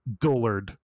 dullard